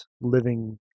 living